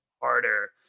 harder